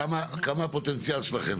כמה הפוטנציאל שלכם?